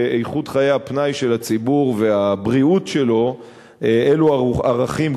ואיכות חיי הפנאי של הציבור והבריאות שלו אלה ערכים,